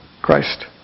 Christ